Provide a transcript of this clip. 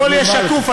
הכול יהיה שקוף,